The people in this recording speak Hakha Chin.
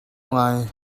ngai